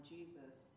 Jesus